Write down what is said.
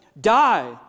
die